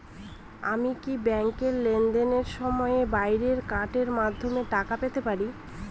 আমি কি ব্যাংকের লেনদেনের সময়ের বাইরেও কার্ডের মাধ্যমে টাকা পেতে পারি?